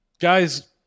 Guys